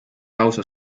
lausa